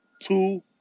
two